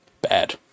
Bad